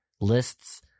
lists